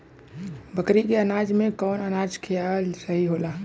बकरी के अनाज में कवन अनाज खियावल सही होला?